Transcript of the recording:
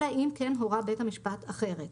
אלא אם כן הורה בית המשפט אחרת,